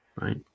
Right